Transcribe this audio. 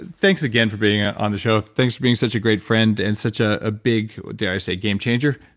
thanks again for being on the show. thanks for being such a great friend and such ah a big. do i say game changer?